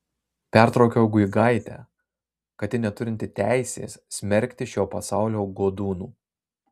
pertraukiau guigaitę kad ji neturinti teisės smerkti šio pasaulio godūnų